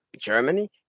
Germany